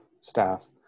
staff